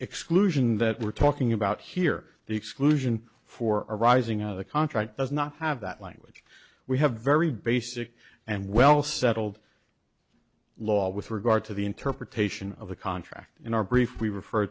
exclusion that we're talking about here the exclusion for arising out of the contract does not have that language we have very basic and well settled law with regard to the interpretation of the contract in our brief we refer